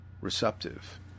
receptive